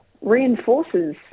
reinforces